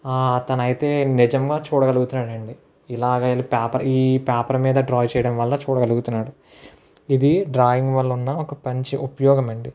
తనైతే నిజంగా చూడగలుగుతున్నాడండి ఇలాగయితే ఈ పేపర్ ఈ పేపర్ మీద డ్రా చేయడం వలన చూడగలుగుతున్నాడు ఇది డ్రాయింగ్ వల్ల ఉన్న ఒక మంచి ఉపయోగమండి